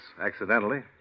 accidentally